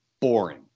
boring